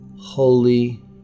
holy